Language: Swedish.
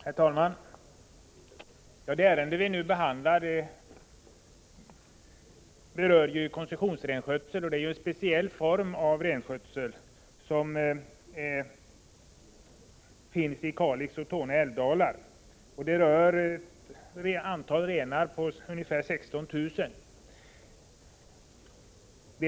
Herr talman! Det ärende vi nu behandlar berör koncessionsrenskötsel, som är en speciell form av renskötsel och som bedrivs i Kalix och Torne älvdalar. Det gäller ett antal av ungefär 16 000 renar.